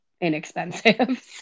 inexpensive